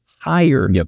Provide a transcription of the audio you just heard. higher